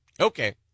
Okay